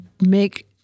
make